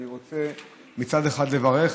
אני רוצה מצד אחד לברך,